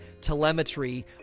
telemetry